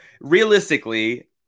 realistically